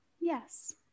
yes